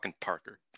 Parker